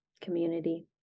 community